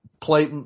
play